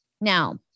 Now